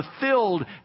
fulfilled